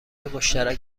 مشترک